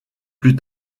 plus